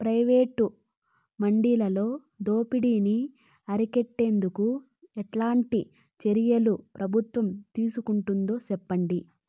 Private మండీలలో దోపిడీ ని అరికట్టేందుకు ఎట్లాంటి చర్యలు ప్రభుత్వం తీసుకుంటుందో చెప్పండి?